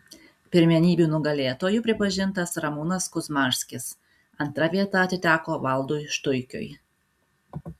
pirmenybių nugalėtoju pripažintas ramūnas kuzmarskis antra vieta atiteko valdui štuikiui